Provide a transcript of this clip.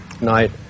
night